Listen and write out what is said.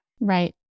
right